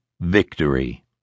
victory